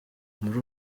muri